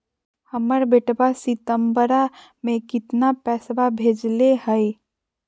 हमर बेटवा सितंबरा में कितना पैसवा भेजले हई?